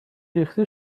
ریختی